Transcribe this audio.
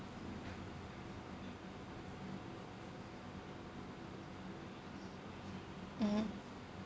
mm